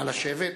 נא לשבת.